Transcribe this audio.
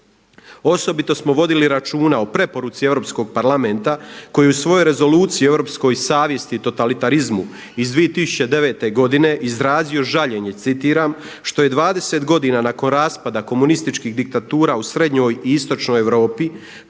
Osobito smo vodili računa o preporuci Europskog parlamenta koji je u svojoj Rezoluciji europskoj savjesti i totalitarizmu iz 2009. godine izrazio žaljenje, citiram što je 20 godina nakon raspada komunističkih diktatura u srednjoj i istočnoj Europi